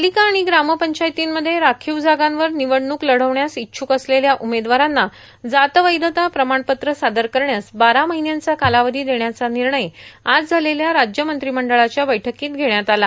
पालिका आणि ग्रामपंचायतींमध्ये राखीव जागांवर निवडणूक लढवण्यास इच्छुक असलेल्या उमेदवारांना जात वैधता प्रमाणपत्र सादर करण्यास बारा महिन्यांचा कालावधी देण्याचा निर्णय आज झालेल्या राज्य मंत्रिमंडळाच्या बैठकीत घेण्यात आला